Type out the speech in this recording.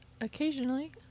occasionally